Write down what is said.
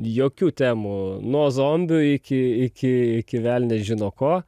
jokių temų nuo zombių iki iki iki velnias žino ko